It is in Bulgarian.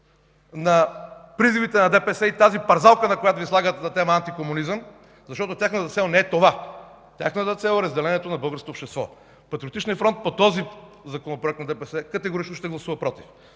на призивите на ДПС – тази пързалка, на която Ви слагат, на тема „антикомунизъм”, защото тяхната цел не е това! Тяхната цел е разделението на българското общество. Патриотичният фронт категорично ще гласува „против”